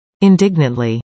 Indignantly